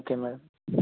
okay madam